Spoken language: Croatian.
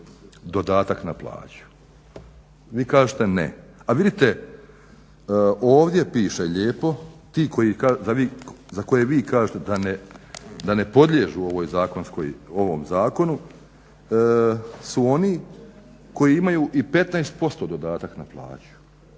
dodatak na plaću. Vi kažete ne, a vidite ovdje piše lijepo, za koje vi kažete da ne podliježu ovom zakonu su oni koji imaju i 15% dodatak na plaću.